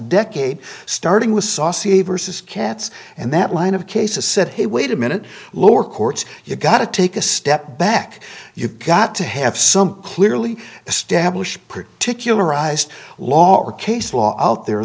decade starting with saucy versus cats and that line of cases said hey wait a minute lower courts you got to take a step back you've got to have some clearly established particularized law or case law out there